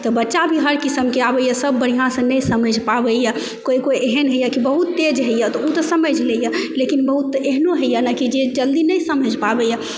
तऽ बच्चा भी हर किस्मके आबै यऽ सब बढ़िऑंसँ नहि समझि पाबैया कोइ कोइ एहन होइया जे बहुत तेज होइया तऽ ओ तऽ समझि लैया लेकिन बहुत तऽ एहनो होइया ने कि जे जल्दी नहि समझि पाबैया